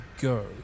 go